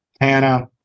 Hannah